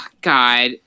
god